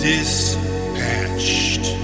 Dispatched